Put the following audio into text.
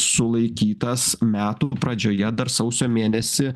sulaikytas metų pradžioje dar sausio mėnesį